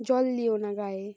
জল দিও না গায়ে